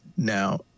Now